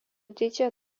didžiąją